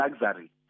luxury